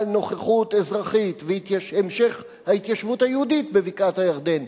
על נוכחות אזרחית והמשך ההתיישבות היהודית בבקעת-הירדן.